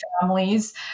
families